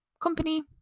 company